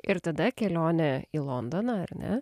ir tada kelionė į londoną ar ne